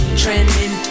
trending